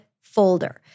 folder